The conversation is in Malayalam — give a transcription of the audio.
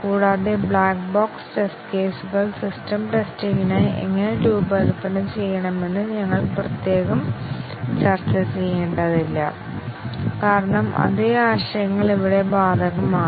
കൂടാതെ ബ്ലാക്ക് ബോക്സ് ടെസ്റ്റ് കേസുകൾ സിസ്റ്റം ടെസ്റ്റിംഗിനായി എങ്ങനെ രൂപകൽപ്പന ചെയ്യണമെന്ന് ഞങ്ങൾ പ്രത്യേകം ചർച്ച ചെയ്യേണ്ടതില്ല കാരണം അതേ ആശയങ്ങൾ ഇവിടെ ബാധകമാണ്